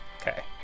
Okay